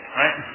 right